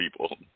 people